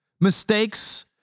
mistakes